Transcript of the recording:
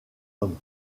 homme